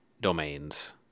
domains